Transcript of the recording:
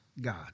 God